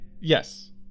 Yes